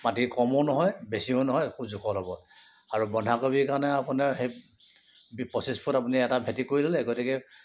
মাটি কমো নহয় বেছিও নহয় একো জোখত হ'ব আৰু বন্ধাকবিৰ কাৰণে আপোনাৰ পঁচিছ ফুট আপুনি এটা ভেঁটি কৰি ল'লে গতিকে